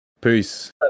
Peace